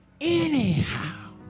anyhow